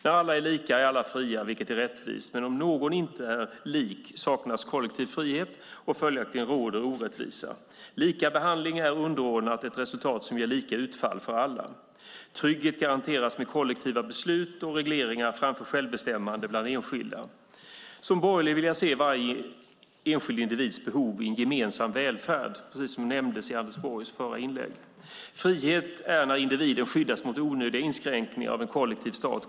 När alla är lika är alla fria, vilket är rättvist. Men om någon inte är lik saknas kollektiv frihet, och följaktligen råder orättvisa. Lika behandling är underordnat ett resultat som ger lika utfall för alla. Trygghet garanteras med kollektiva beslut och regleringar framför självbestämmande bland enskilda. Som borgerlig vill jag se varje enskild individs behov i en gemensam välfärd, precis som nämndes i Anders Borgs förra inlägg. Frihet är när individen skyddas mot onödiga inskränkningar av en kollektiv stat.